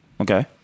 Okay